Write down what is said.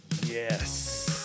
yes